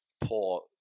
poor